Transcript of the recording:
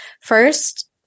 first